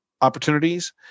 opportunities